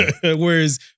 Whereas